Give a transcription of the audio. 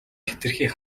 хэтэрхий